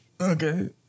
Okay